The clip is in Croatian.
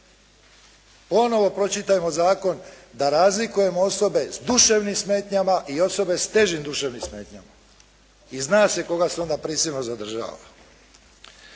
Ponovno pročitajmo zakon da razlikujemo osobe s duševnim smetnjama i osobe s težim duševnim smetnjama. I zna se koga se onda prisilno zadržava.